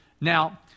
Now